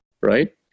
right